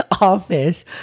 office